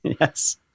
yes